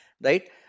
Right